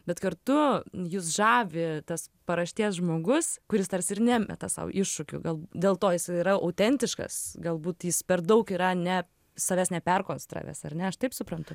bet kartu jus žavi tas paraštės žmogus kuris tarsi ir nemeta sau iššūkių gal dėl to jis yra autentiškas galbūt jis per daug yra ne savęs ne perkonstravęs ar ne aš taip suprantu